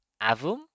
Avum